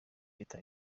leta